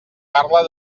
parla